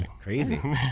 Crazy